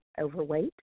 overweight